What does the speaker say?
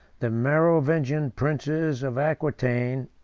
the merovingian princes of aquitain,